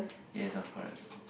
yes of course